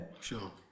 Sure